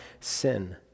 sin